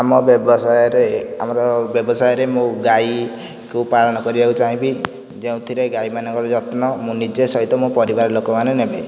ଆମ ବ୍ୟବସାୟରେ ଆମର ବ୍ୟବସାୟରେ ମୁଁ ଗାଈକୁ ପାଳନ କରିବାକୁ ଚାହିଁବି ଯେଉଁଥିରେ ଗାଈ ମାନଙ୍କର ଯତ୍ନ ମୁଁ ନିଜେ ସହିତ ମୋ ପରିବାର ଲୋକମାନେ ନେବେ